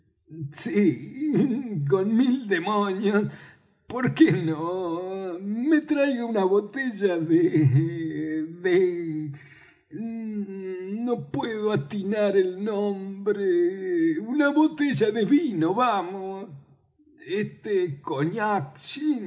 sí con mil demonios por qué no me traiga una botella de de no puedo atinar el nombre una botella de vino vamos este